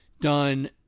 done